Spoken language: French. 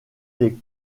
des